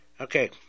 okay